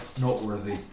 noteworthy